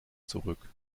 zurück